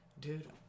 dude